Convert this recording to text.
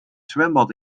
zwembad